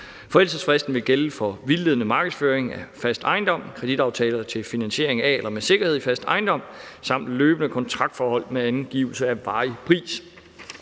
Forældelsesfristen vil gælde for vildledende markedsføring af fast ejendom, kreditaftaler til finansiering af eller med sikkerhed i fast ejendom samt løbende kontraktforhold med angivelse af varig pris.